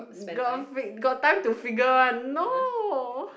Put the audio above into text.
got time to figure one no